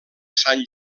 sant